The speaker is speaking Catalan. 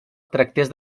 tractés